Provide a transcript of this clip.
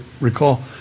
recall